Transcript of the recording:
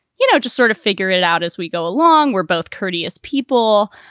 you know, just sort of figure it out as we go along. we're both courteous people,